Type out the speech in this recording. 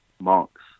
monks